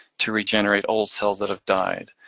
to regenerate old cells that have died.